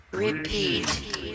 Repeat